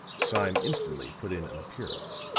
sime instantly put in an appearance.